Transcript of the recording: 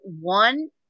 one